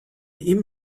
ihm